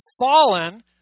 fallen